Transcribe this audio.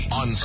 on